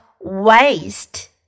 waste